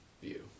view